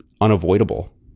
unavoidable